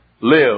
Live